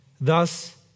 thus